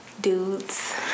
Dudes